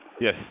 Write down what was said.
Yes